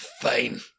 Fine